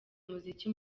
umuziki